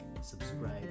subscribe